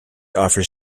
offers